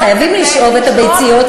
חייבים לשאוב את הביציות,